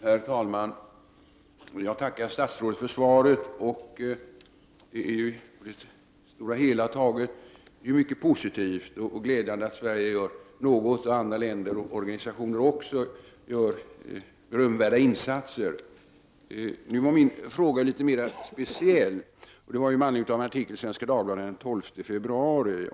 Herr talman! Jag tackar statsrådet för svaret. Det är på det hela taget mycket positivt och glädjande att Sverige, liksom andra länder och olika organisationer, gör berömvärda insatser. Nu är min fråga litet mer speciell. Den ställdes med anledning av en artikel i Svenska Dagbladet den 12 februari.